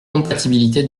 compatibilité